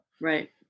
Right